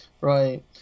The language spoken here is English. right